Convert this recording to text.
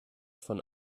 von